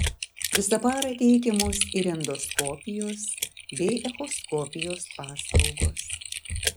visą parą teikiamos ir endoskopijos bei echoskopijos paslaugos